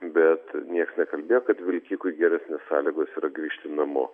bet nieks nekalbėjo kad vilkikui geresnės sąlygos yra grįžti namo